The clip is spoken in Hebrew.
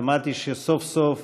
שמעתי שסוף-סוף